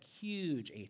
huge